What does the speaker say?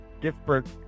different